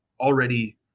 already